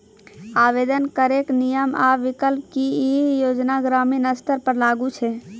आवेदन करैक नियम आ विकल्प? की ई योजना ग्रामीण स्तर पर लागू छै?